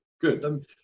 good